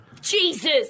Jesus